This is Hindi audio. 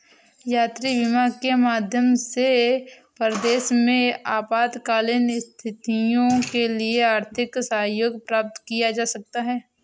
यात्री बीमा के माध्यम से परदेस में आपातकालीन स्थितियों के लिए आर्थिक सहयोग प्राप्त किया जा सकता है